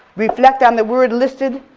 reflect on the word listed,